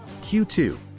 Q2